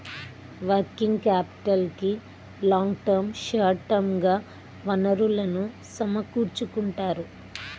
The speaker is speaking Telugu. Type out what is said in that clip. వర్కింగ్ క్యాపిటల్కి లాంగ్ టర్మ్, షార్ట్ టర్మ్ గా వనరులను సమకూర్చుకుంటారు